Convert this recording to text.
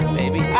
baby